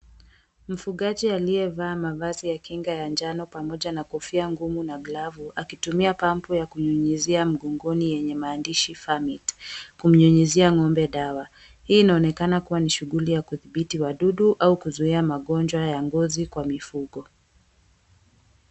Mfugaji aliyevaa ya kinga ya njano pamoja na kufia ngumu na glavu akitumia pampu ya kunyunyizia mgongoni yenye maandishi, Farmit kumnyunyizia ng'ombe dawa. Hii inaonekana kuwa ni shughuli ya kudhibiti wadudu au kuzuia magonjwa ya ngozi kwa mifugo.